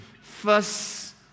first